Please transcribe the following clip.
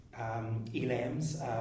Elam's